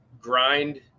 grind